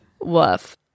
woof